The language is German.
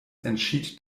entschied